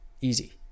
Easy